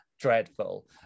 dreadful